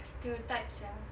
stereotype sia